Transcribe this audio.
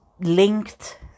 linked